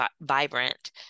vibrant